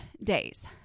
days